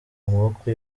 amaboko